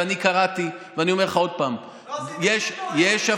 אני אומר לך עוד פעם: יש הפגנות,